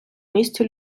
місті